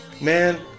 man